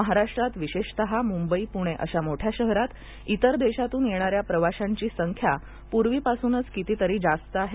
महाराष्ट्रात विशेषत मुंबई पुणे अशा मोठ्या शहरांत इतर देशातून येणाऱ्या प्रवाशांची संख्या पूर्वीपासूनच कितीतरी जास्त आहे